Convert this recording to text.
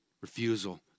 Refusal